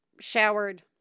showered